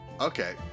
Okay